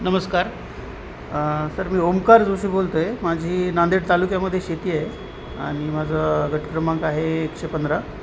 नमस्कार सर मी ओमकार जोशी बोलतो आहे माझी नांदेड तालुक्यामध्ये शेती आहे आणि माझं गट क्रमांक आहे एकशे पंधरा